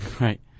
Right